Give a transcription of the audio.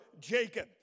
Jacob